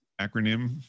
acronym